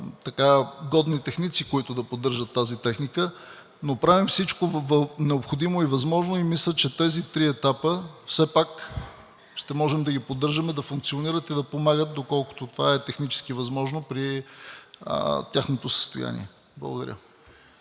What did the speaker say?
годни техници, които да поддържат тази техника. Но правим всичко необходимо и възможно и мисля, че тези три етапа все пак ще можем да ги поддържаме да функционират и да помагат, доколкото това е технически възможно при тяхното състояние. Благодаря.